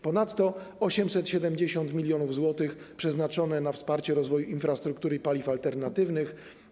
Ponadto 870 mln zł zostało przeznaczone na wsparcie rozwoju infrastruktury i paliw alternatywnych.